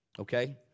Okay